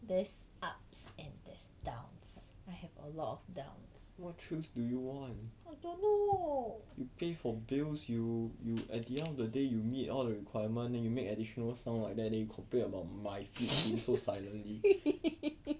what thrills do you want you pay for bills you you at the end of the day you meet all the requirement then you make additional sum like that then you complain about my free gift so silently